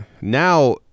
now